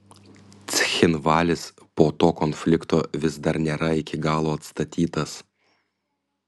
cchinvalis po to konflikto vis dar nėra iki galo atstatytas